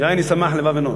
"יין ישמח לבב אנוש".